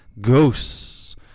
ghosts